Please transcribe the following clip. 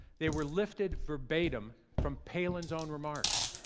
they were lifted verbatim from palin's own remarks.